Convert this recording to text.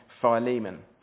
Philemon